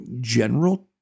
general